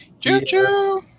choo-choo